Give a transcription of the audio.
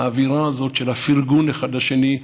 האווירה הזאת של הפרגון אחד לשני,